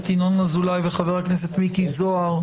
ינון אזולאי וחבר הכנסת מיקי זוהר,